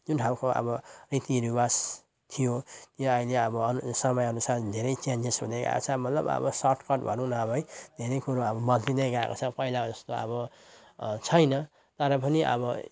जुन खालको अब रीति रिवाज थियो या अहिले अब समयअनुसार धेरै चेन्जेस हुँदैआएको छ मतलब अब सर्टकट भनौँ न अब है धेरै कुरो अब बदलिँदै गएको छ पहिलाको जस्तो अब छैन तर पनि अब